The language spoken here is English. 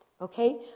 Okay